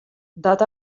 dat